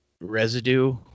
residue